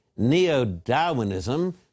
neo-Darwinism